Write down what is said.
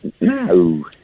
No